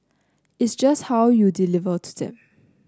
it's just how you deliver to them